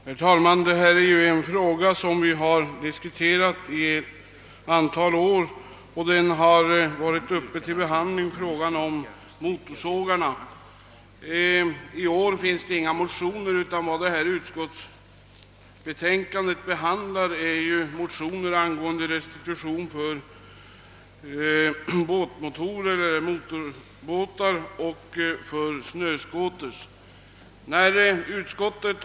Herr talman! Restitution av skatt på bensin till motorsågar är en fråga som har varit uppe till behandling många gånger. I år har inga motioner väckts i den frågan, utan vad detta utskottsbetänkande behandlar är motioner om restitution av skatt på bensin till motorbåtar och snöscooters.